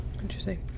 Interesting